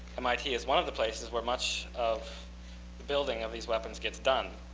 mit is one of the places where much of the building of these weapons gets done.